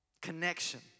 Connection